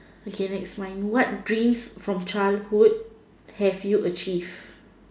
okay next line what dreams from childhood have you achieved